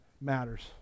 matters